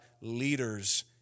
leaders